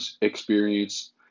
experience